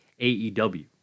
AEW